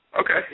Okay